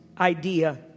idea